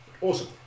awesome